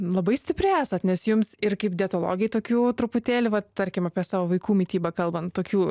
labai stipri esat nes jums ir kaip dietologei tokių truputėlį vat tarkim apie savo vaikų mitybą kalbant tokių